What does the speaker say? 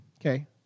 Okay